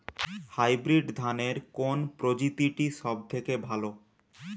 Hybrid ধানের কোন প্রজীতিটি সবথেকে ভালো?